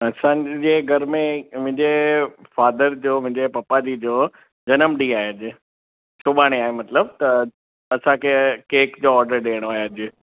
असांजे घर में मुंहिंजे फ़ादर जो मुंहिंजे पप्पा जी जो जनम ॾींहुं आहे अॼु सुबाणे आहे मतिलब त असांखे केक जो ऑडर ॾियणो आहे अॼु